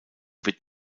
wird